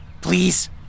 please